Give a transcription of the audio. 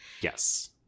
Yes